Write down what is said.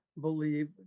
believe